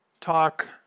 talk